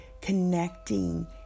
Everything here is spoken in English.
connecting